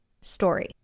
story